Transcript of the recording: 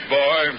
boy